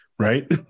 right